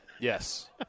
Yes